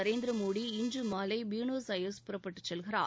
நரேந்திர மோடி இன்று மாலை Buenos Aires புறப்பட்டுச் செல்கிறார்